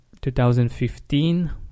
2015